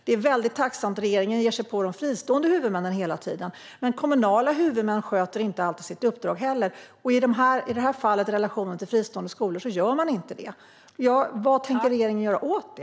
Det är väldigt tacksamt för regeringen att hela tiden ge sig på de fristående huvudmännen, men kommunala huvudmän sköter inte heller alltid sitt uppdrag. I detta fall i relationen till fristående skolor gör man inte det. Vad tänker regeringen göra åt det?